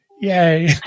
yay